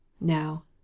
Now